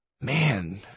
man